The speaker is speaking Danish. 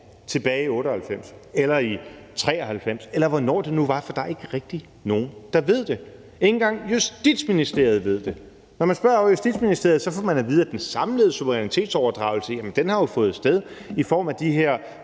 tilbage i 1998 eller i 1993, eller hvornår det nu var, for der er ikke rigtig nogen, der ved det. Ikke engang Justitsministeriet ved det. Når man spørger ovre i Justitsministeriet, får man at vide, at den samlede suverænitetsoverdragelse har fundet sted i form af de her